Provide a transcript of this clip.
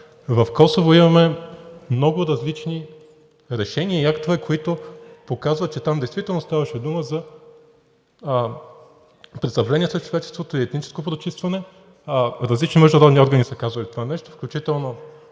В Косово имаме много различни решения и актове, които показват, че там действително ставаше дума за престъпления срещу човечеството и етническо прочистване и различни международни органи са казвали това, включително